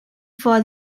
for